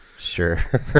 sure